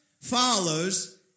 follows